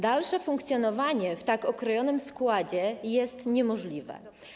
Dalsze funkcjonowanie w tak okrojonym składzie jest niemożliwe.